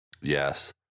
Yes